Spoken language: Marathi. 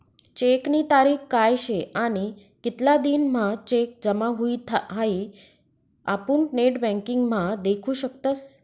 चेकनी तारीख काय शे आणि कितला दिन म्हां चेक जमा हुई हाई आपुन नेटबँकिंग म्हा देखु शकतस